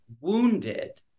wounded